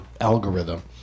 algorithm